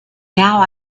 now